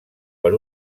per